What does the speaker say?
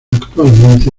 actualmente